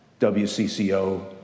WCCO